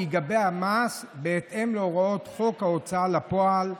"ייגבה המס בהתאם להוראות חוק ההוצאה לפועל,